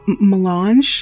melange